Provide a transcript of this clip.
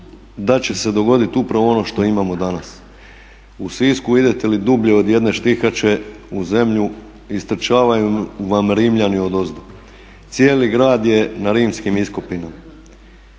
da će se dogoditi upravo ono što imamo danas, u Sisku idete li dublje od jedne štihače u zemlje istrčavaju vam Rimljani odozdo. Cijeli grad je na rimskim iskopinama.